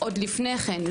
עוד לפני כן.